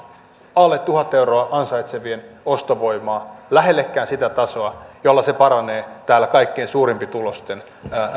alle tuhat euroa ansaitsevien ostovoimaa lähellekään sitä tasoa jolla se paranee täällä kaikkein suurituloisimpien